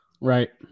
Right